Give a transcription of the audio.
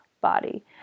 body